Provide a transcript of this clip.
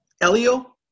Elio